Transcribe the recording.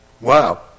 Wow